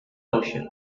ocean